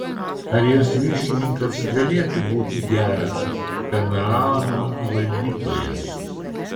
ar jos viršininkas galėtų būti geras kanaano valdytojas